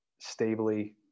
stably